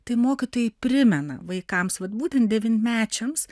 tai mokytojai primena vaikams vat būtent devynmečiams